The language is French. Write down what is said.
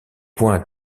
points